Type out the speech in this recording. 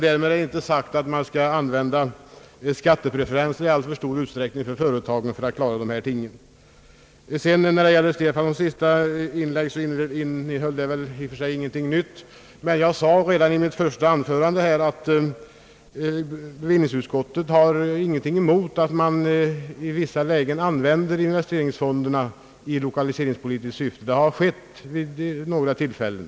Därmed är dock inte sagt, att man skall använda skattepreferenser i alltför stor utsträckning för att klara det hela. Herr Stefansons senaste inlägg innehöll i och för sig inget nytt. Redan i mitt första anförande framhöll jag att bevillningsutskottet inte har något emot att investeringsfonderna i vissa lägen används i lokaliseringspolitiskt syfte. Det har skett vid några tillfällen.